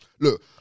look